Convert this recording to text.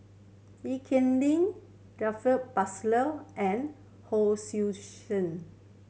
Lee Kip Lin Taufik and Hon Sui Sen